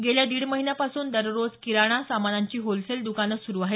गेल्या दिड महिन्यापासून दररोज किराणा सामानांची होलसेल दुकाने सुरू आहेत